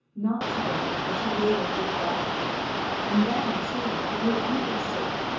not to go but to wait a little while and then, too, for her uncle's sake,